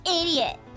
idiot